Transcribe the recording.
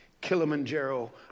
Kilimanjaro